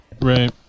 Right